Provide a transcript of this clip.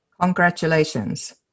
congratulations